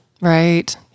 right